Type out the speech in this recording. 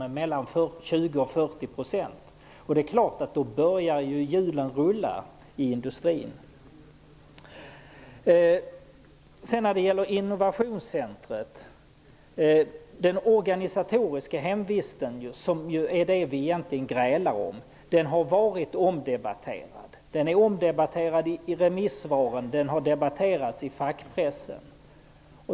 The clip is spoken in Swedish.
Då är det klart att hjulen i industrin börjar rulla. När det gäller innovationscentrumet är det den organisatoriska hemvisten som vi egentligen grälar om. Den har varit omdebatterad i remissvaren och i fackpressen.